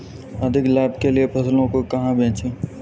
अधिक लाभ के लिए फसलों को कहाँ बेचें?